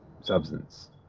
substance